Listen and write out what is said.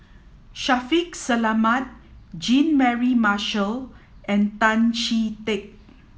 Shaffiq Selamat Jean Mary Marshall and Tan Chee Teck